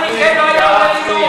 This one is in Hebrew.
ואף אחד מכם לא היה עולה לנאום.